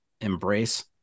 Embrace